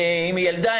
אם היא ילדה,